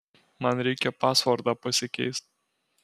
man reikia pasvordą pasikeist